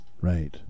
right